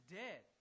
dead